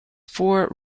four